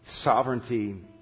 sovereignty